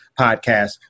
podcast